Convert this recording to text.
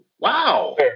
Wow